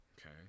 okay